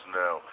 now